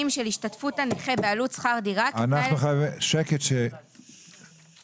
של השתתפות הנכה בעלות שכר הדירה כתנאי לקבלת סיוע לפי סעיף